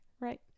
Right